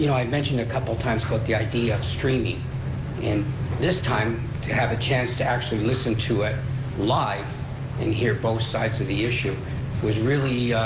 you know i mentioned a couple of times about the idea of streaming and this time, to have a chance to actually listen to it live and hear both sides of the issue was really,